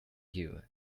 you